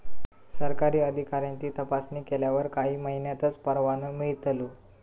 सरकारी अधिकाऱ्यांची तपासणी केल्यावर काही महिन्यांतच परवानो मिळतलो